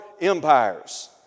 empires